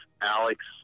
Alex